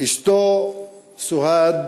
אשתו סוהד